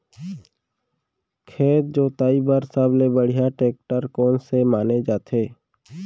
खेत जोताई बर सबले बढ़िया टेकटर कोन से माने जाथे?